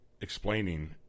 explaining